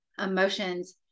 emotions